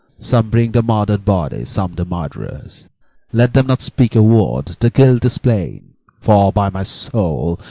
some bring the murdered body, some the murderers let them not speak a word the guilt is plain for, by my soul,